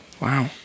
Wow